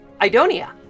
Idonia